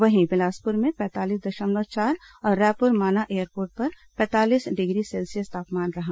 वहीं बिलासपुर में पैंतालीस दशमलव चार और रायपुर माना एयरपोर्ट पर पैंतालीस डिग्री सेल्सियस तापमान रहा